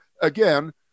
again